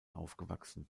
aufgewachsen